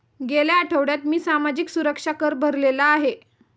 गेल्या आठवड्यात मी सामाजिक सुरक्षा कर भरलेला आहे